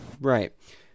right